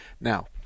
Now